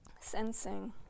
sensing